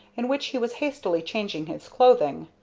in which he was hastily changing his clothing.